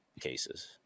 cases